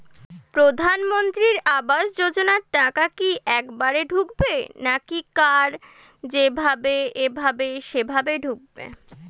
প্রধানমন্ত্রী আবাস যোজনার টাকা কি একবারে ঢুকবে নাকি কার যেভাবে এভাবে সেভাবে ঢুকবে?